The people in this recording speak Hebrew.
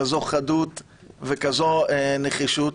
כזו חדות וכזו נחישות.